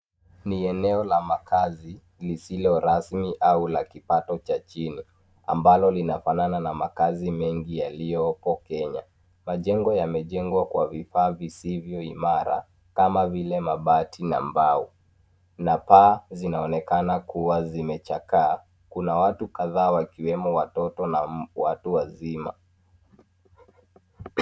Ni eneo la makazi lisilo rasmi au la kipato cha chini, ambalo linafanana na makazi mengi yalioko Kenya. Majengo yamejengwa kwa vifaa visivyo imara kama vile mabati na mbao, na paa zinaonekana kuwa zimechakaa. Kuna watu kadhaa wakiwemo watoto na watu wazima.